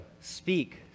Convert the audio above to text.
speak